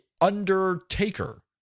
Undertaker